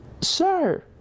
sir